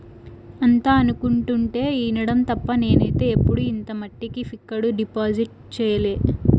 అంతా అనుకుంటుంటే ఇనడం తప్ప నేనైతే ఎప్పుడు ఇంత మట్టికి ఫిక్కడు డిపాజిట్ సెయ్యలే